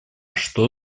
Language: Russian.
что